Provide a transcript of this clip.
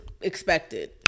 expected